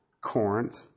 Corinth